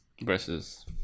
Versus